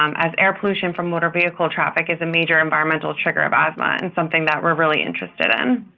um as air pollution from motor vehicle traffic is a major environmental trigger of asthma and something that we're really interested in.